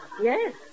Yes